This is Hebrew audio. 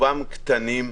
רובם קטנים,